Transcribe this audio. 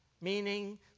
meaning